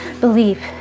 believe